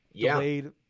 delayed